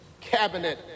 cabinet